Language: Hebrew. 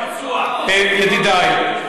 ידידי,